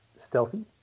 stealthy